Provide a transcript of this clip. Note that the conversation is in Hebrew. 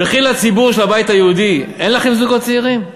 וכי הציבור של הבית היהודי, אין לכם זוגות צעירים?